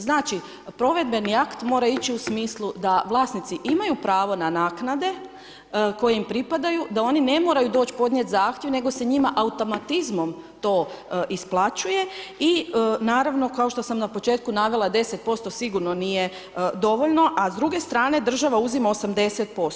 Znači, provedbeni akt mora ići u smislu da vlasnici imaju pravo na naknade koje im pripadaju da oni ne moraju doći podnijeti zahtjev nego se njima automatizmom to isplaćuje i naravno kao što sam na početku navela, 10% sigurno nije dovoljno a s druge strane, država uzima 80%